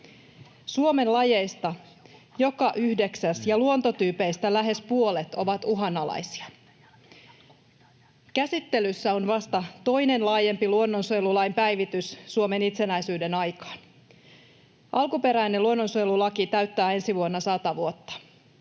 Suomen lajeista joka yhdeksäs ja luontotyypeistä lähes puolet ovat uhanalaisia. Käsittelyssä on vasta toinen laajempi luonnonsuojelulain päivitys Suomen itsenäisyyden aikaan. Alkuperäinen luonnonsuojelulaki täyttää ensi vuonna 100 vuotta.